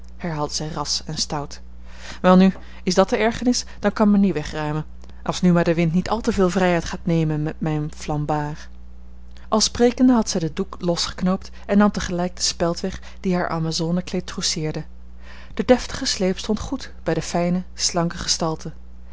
herhaalde zij ras en stout welnu is dat de ergernis dan kan men die wegruimen als nu maar de wind niet al te veel vrijheid gaat nemen met mijn flambard al sprekende had zij den doek losgeknoopt en nam tegelijk den speld weg die haar amazonenkleed trousseerde de deftige sleep stond goed bij de fijne slanke gestalte